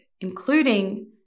including